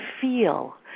feel